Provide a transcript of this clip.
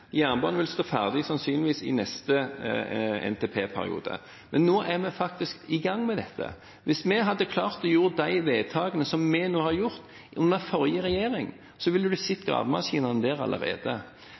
Jernbanen vil stå ferdig sannsynligvis i neste NTP-periode. Men nå er vi faktisk i gang med dette. Hvis en hadde klart å gjøre de vedtakene som vi nå har gjort, under den forrige regjeringen, ville